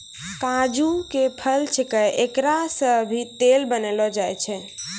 काजू के फल छैके एकरा सॅ भी तेल बनैलो जाय छै